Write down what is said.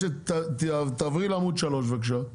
תעברי לעמוד 3 בבקשה.